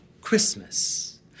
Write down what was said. Christmas